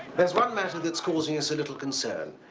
there's one matter that's causing us a little concern.